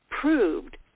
proved